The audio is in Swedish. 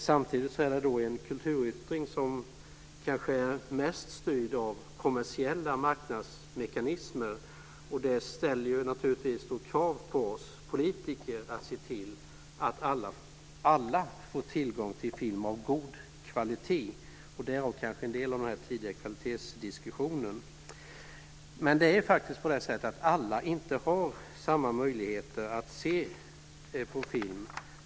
Samtidigt är det den kulturyttring som kanske är mest styrd av kommersiella marknadsmekanismer, och det ställer naturligtvis krav på oss politiker att se till att alla får tillgång till film av god kvalitet - därav kanske en del av den här tidigare kvalitetsdiskussionen. Det är faktiskt på det sättet att alla inte har samma möjligheter att se på film.